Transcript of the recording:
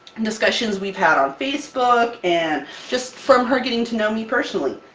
and discussions we've had on facebook, and just from her getting to know me personally.